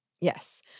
Yes